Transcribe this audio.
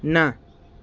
ના